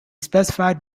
specified